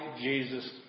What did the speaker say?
Jesus